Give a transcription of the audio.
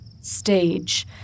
stage